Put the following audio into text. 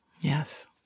Yes